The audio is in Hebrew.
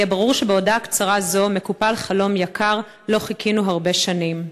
היה ברור שבהודעה קצרה זו מקופל חלום יקר שחיכינו לו הרבה שנים.